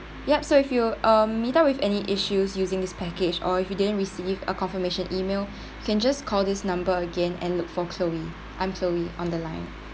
yup so if you um meet up with any issues using this package or if you didn't receive a confirmation email can just call this number again and look for chloe I'm chloe on the line